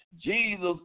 Jesus